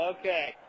Okay